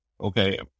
Okay